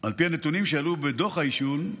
על פי הנתונים שעלו בדוח העישון,